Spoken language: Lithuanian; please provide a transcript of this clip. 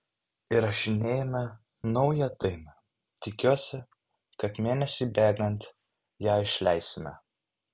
įrašinėjame naują dainą tikiuosi kad mėnesiui bėgant ją išleisime